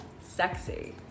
Sexy